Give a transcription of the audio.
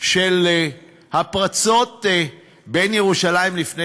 של הפרצות בין ירושלים, לפני